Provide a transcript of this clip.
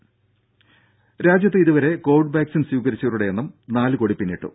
ദേദ രാജ്യത്ത് ഇതുവരെ കോവിഡ് വാക്സിൻ സ്വീകരിച്ചവരുടെ എണ്ണം നാല് കോടി പിന്നിട്ടു